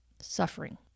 Suffering